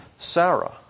Sarah